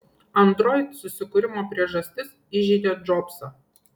android susikūrimo priežastis įžeidė džobsą